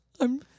I'm-